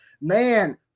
Man